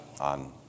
on